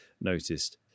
noticed